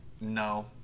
No